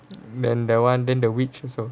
then that [one] then the which also